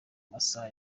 masaha